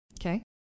Okay